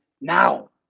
Now